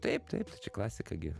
taip taip tai čia klasika gi